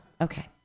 okay